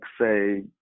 say